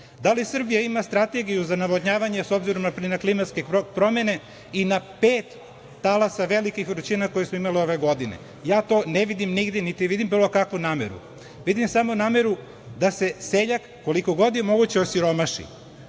Da li Srbija ima strategiju za navodnjavanje, obzirom na klimatske promene i na pet talasa velikih vrućina koje smo imali ove godine? Ne vidim to nigde, niti vidim bilo kakvu nameru. Vidim samo nameru da se seljak, koliko god je moguće osiromaši.